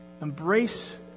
Embrace